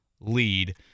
lead